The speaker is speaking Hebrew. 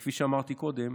כפי שאמרתי קודם,